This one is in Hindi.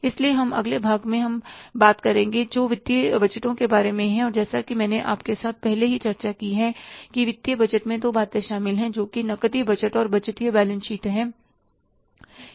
इसलिए हम अगले भाग में बात करेंगे जो वित्तीय बजटों के बारे में है और जैसा कि मैंने आपके साथ पहले ही चर्चा की है कि वित्तीय बजट में दो बातें शामिल हैं जो कि नकदी बजट और बजटीय बैलेंस शीट है